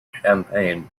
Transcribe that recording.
champaign